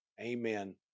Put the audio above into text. Amen